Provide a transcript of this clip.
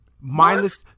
mindless